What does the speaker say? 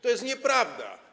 To jest nieprawda.